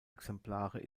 exemplare